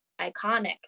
iconic